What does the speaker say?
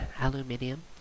aluminium